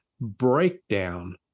breakdown